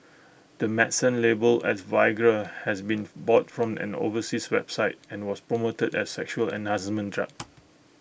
the medicine labelled as Viagra has been bought from an overseas website and was promoted as A sexual enhancement drug